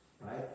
right